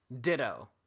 Ditto